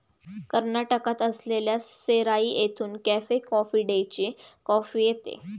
कर्नाटकात असलेल्या सेराई येथून कॅफे कॉफी डेची कॉफी येते